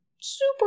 super